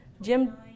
Jim